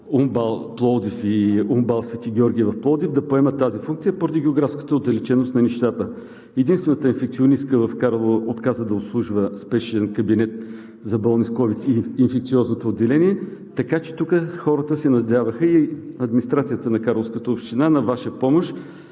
отделение на УМБАЛ „Свети Георги“ в Пловдив да поемат тази функция, поради географската отдалеченост на нещата. Единствената инфекционистка в Карлово отказа да обслужва спешен кабинет за болни с ковид и инфекциозното отделени, така че тук хората се надяваха и администрацията на Карловската община на Ваша помощ